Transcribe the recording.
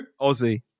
Aussie